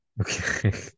okay